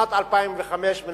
משנת 2005 מקבלים החלטות על הריסה,